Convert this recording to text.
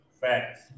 Facts